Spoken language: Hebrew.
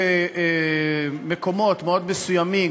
במקומות מאוד מסוימים,